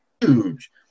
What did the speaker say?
Huge